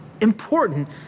important